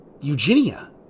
Eugenia